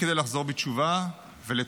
אנחנו צמים כדי לחזור בתשובה ולתקן.